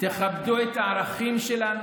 תכבדו את הערכים שלנו.